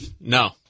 no